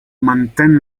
mantenne